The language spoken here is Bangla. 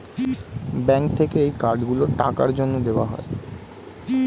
ব্যাঙ্ক থেকে এই কার্ড গুলো টাকার জন্যে দেওয়া হয়